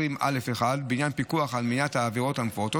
20(א)(1) בעניין פיקוח על מניעת העבירות המפורטות,